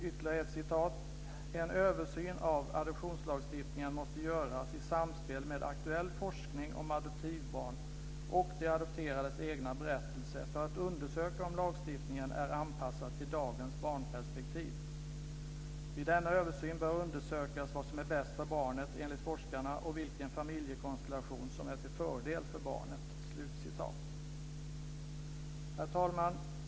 Ytterligare ett citat lyder: "En översyn av adoptionslagstiftningen måste göras i samspel med aktuell forskning om adoptivbarn och de adopterades egna berättelse för att undersöka om lagstiftningen är anpassad till dagens barnperspektiv. Vid denna översyn bör undersökas vad som är bäst för barnet enligt forskarna och vilken familjekonstellation som är till fördel för barnet." Herr talman!